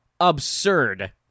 absurd